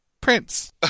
Prince